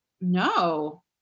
No